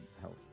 health